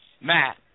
Matt